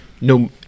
no